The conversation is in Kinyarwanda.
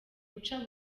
guca